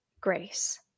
grace